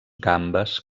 gambes